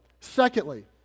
Secondly